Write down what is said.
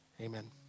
Amen